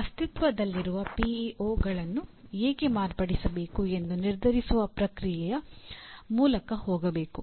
ಅಸ್ತಿತ್ವದಲ್ಲಿರುವ ಪಿಇಒಗಳನ್ನು ಏಕೆ ಮಾರ್ಪಡಿಸಬೇಕು ಎಂದು ನಿರ್ಧರಿಸುವ ಪ್ರಕ್ರಿಯೆಯ ಮೂಲಕ ಹೋಗಬೇಕು